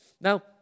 Now